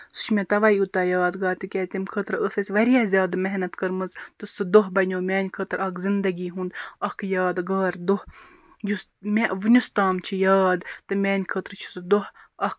سُہ چھُ مےٚ تَوے یوٗتاہ یادگار تِکیٛازِ تَمہِ خٲطرٕ ٲسۍ اَسہِ واریاہ زیادٕ محنت کٔرمٕژ تہٕ سُہ دۄہ بَنیو میٛانہِ خٲطرٕ اکھ زِنٛدگی ہُنٛد اکھ یادگار دۄہ یُس مےٚ ؤنیُستام چھُ یاد تہٕ میٛانہِ خٲطرٕ چھُ سُہ دۄہ اکھ